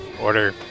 order